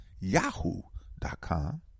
yahoo.com